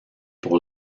pour